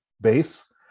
base